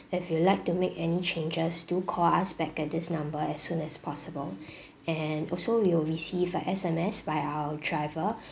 if you'd like to make any changes do call us back at this number as soon as possible and also you'll receive a S_M_S by our driver